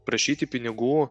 prašyti pinigų